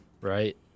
right